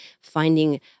finding